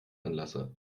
anlasser